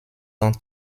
dans